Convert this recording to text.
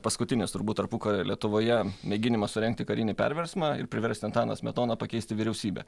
paskutinis turbūt tarpukario lietuvoje mėginimas surengti karinį perversmą ir priversti antaną smetoną pakeisti vyriausybę